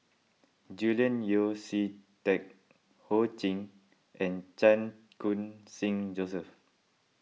Julian Yeo See Teck Ho Ching and Chan Khun Sing Joseph